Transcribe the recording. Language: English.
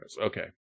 okay